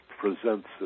presents